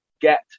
get